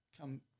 come